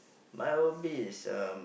Maldives um